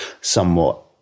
somewhat